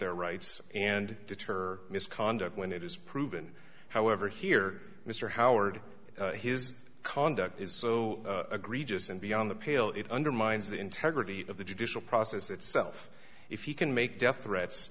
their rights and deter misconduct when it is proven however here mr howard his conduct is so agree just and beyond the pale it undermines the integrity of the judicial process itself if he can make death threats